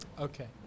Okay